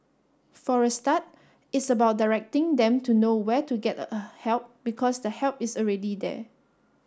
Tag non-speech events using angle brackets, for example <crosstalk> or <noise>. for a start it's about directing them to know where to get <unintelligible> help because the help is already there